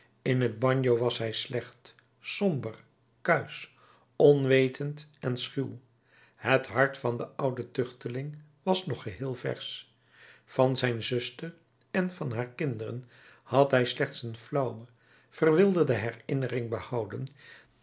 in het bagno was hij slecht somber kuisch onwetend en schuw het hart van den ouden tuchteling was nog geheel versch van zijn zuster en van haar kinderen had hij slechts een flauwe verwilderde herinnering behouden